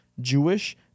Jewish